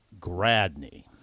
Gradney